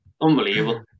Unbelievable